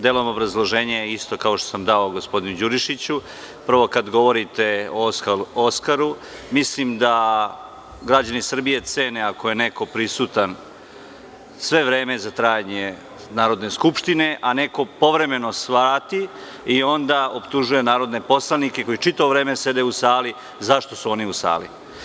Delom, obrazloženje je isto kao što sam dao gospodinu Đurišiću, prvo kada govoriti o Oskaru, mislim da građani Srbije cene ako je neko prisutan sve vreme za trajanje Narodne skupštine, a neko povremeno svrati i onda optužuje narodne poslanike koji čitavo vreme sede u sali, zašto su oni u sali.